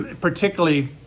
particularly